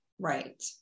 Right